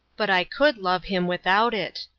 but i could love him without it.